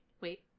wait